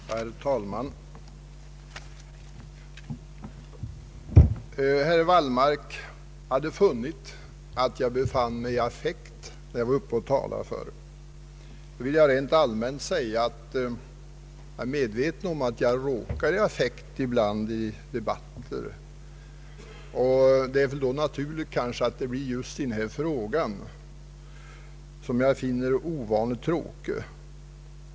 Herr talman! Herr Wallmark ansåg att jag befann mig i affekt, när jag var uppe och talade förut. Då vill jag rent allmänt säga att jag är medveten om att jag råkar i affekt ibland i debatter. Det är kanske naturligt att så blir fallet i just denna fråga, som jag finner ovanligt tråkig.